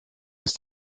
ist